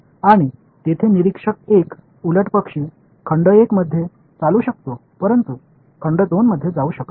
आणि येथे निरीक्षक 1 उलटपक्षी खंड 1 मध्ये चालू शकतो परंतु खंड 2 मध्ये जाऊ शकत नाही